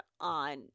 on